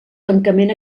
tancament